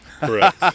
Correct